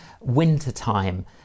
wintertime